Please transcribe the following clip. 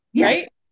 right